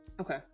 Okay